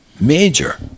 major